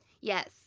Yes